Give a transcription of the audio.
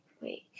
wait